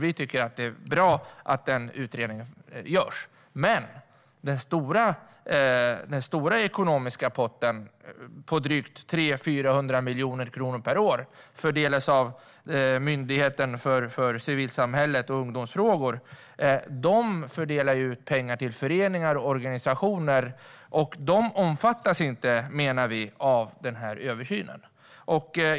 Vi tycker att det är bra att den utredningen görs, men den stora ekonomiska potten på drygt 300-400 miljoner kronor per år fördelas av Myndigheten för ungdoms och civilsamhällesfrågor. De fördelar pengar till föreningar och organisationer, och de omfattas inte, menar vi, av den här översynen.